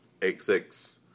XX